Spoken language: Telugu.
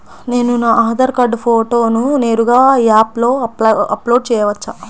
నేను నా ఆధార్ కార్డ్ ఫోటోను నేరుగా యాప్లో అప్లోడ్ చేయవచ్చా?